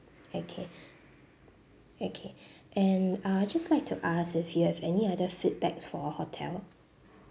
okay okay and uh just like to ask if you have any other feedback for our hotel